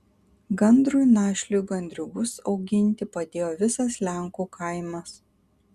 gandrui našliui gandriukus auginti padėjo visas lenkų kaimas